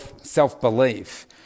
self-belief